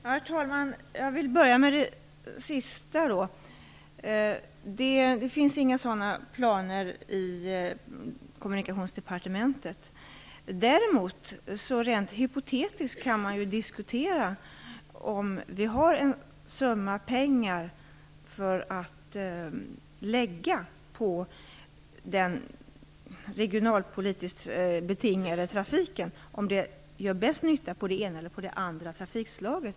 Herr talman! Jag vill börja med det sista. Det finns inga sådana planer i Kommunikationsdepartementet. Däremot kan man rent hypotetiskt diskutera om en summa pengar som vi kan lägga på den regionalpolitiskt betingade trafiken gör bäst nytta på det ena eller det andra trafikslaget.